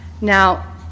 Now